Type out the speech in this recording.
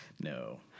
no